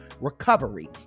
recovery